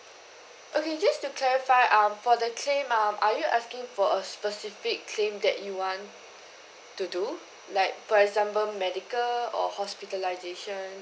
okay just to clarify um for the claim um are you asking for a specific claim that you want to do like for example medical or hospitalisation